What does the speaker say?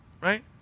Right